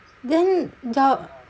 then your